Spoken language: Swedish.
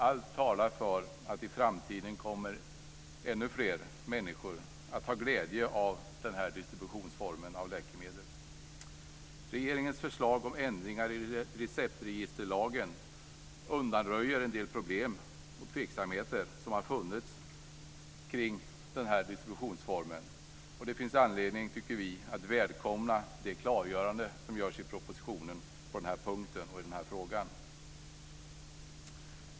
Allt talar för att i framtiden kommer ännu fler människor ha glädje av den här distributionsformen av läkemedel. Regeringens förslag om ändringar i receptregisterlagen undanröjer en del problem och tveksamheter som har funnits kring den här distributionsformen. Vi tycker att det finns anledning att välkomna det klargörande som görs i propositionen på den här punkten och i den här frågan.